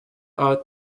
are